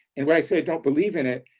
and when i say don't believe in it,